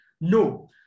No